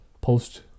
post